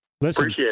Listen